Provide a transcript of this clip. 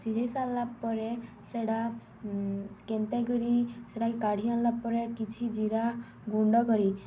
ସିଝେଇ ସାର୍ଲା ପରେ ସେଟା କେନ୍ତା କରି ସେଟାକେ କାଢ଼ି ଆନ୍ଲା ପରେ କିଛି ଜିରା ଗୁଣ୍ଡ କରି